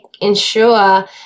ensure